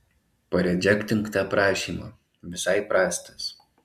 paredžektink tą prašymą visai prastas